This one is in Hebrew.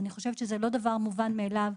זה לא דבר מובן מאליו.